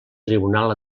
tribunal